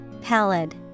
pallid